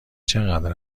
چقدر